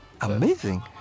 amazing